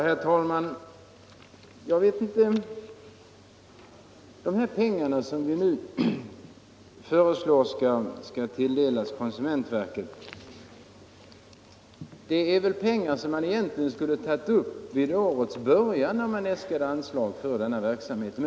Herr talman! Det anslag till konsumentverket som vi nu tillstyrker skulle väl egentligen ha tagits upp i det förslag om anslag till konsumentverkets verksamhet som framställdes vid årets början.